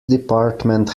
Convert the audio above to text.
department